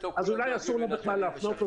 אז אולי אסור לה בכלל להפנות.